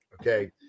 okay